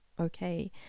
Okay